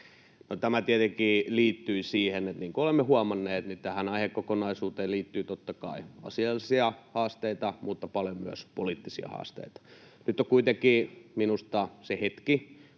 tämä tietenkin liittyi siihen, että niin kuin olemme huomanneet, tähän aihekokonaisuuteen liittyy totta kai asiallisia haasteita, mutta paljon myös poliittisia haasteita. Nyt on kuitenkin minusta se hetki,